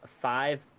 five